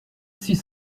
six